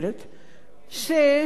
שאני אמליץ